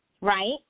right